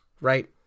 right